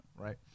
right